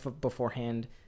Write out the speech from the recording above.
beforehand